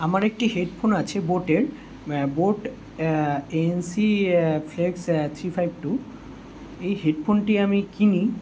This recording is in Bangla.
আমার একটি হেডফোন আছে বোটের boAt ANC flex three five two এই হেডফোনটি আমি কিনি